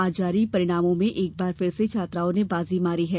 आज जारी परिणामों में एक बार फिर से छात्राओं ने बाजी मारी है